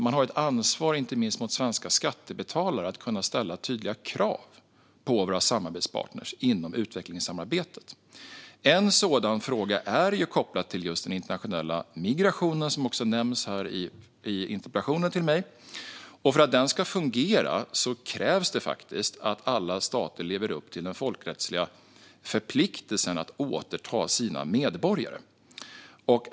Man har ett ansvar inte minst mot svenska skattebetalare att kunna ställa tydliga krav på våra samarbetspartner inom utvecklingssamarbetet. Ett sådant krav är kopplat till migrationen, som nämns i interpellationen som ställts till mig. För att migrationen ska fungera krävs det faktiskt att alla stater lever upp till den folkrättsliga förpliktelsen att återta sina medborgare.